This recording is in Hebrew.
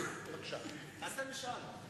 תעשה משאל.